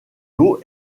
l’eau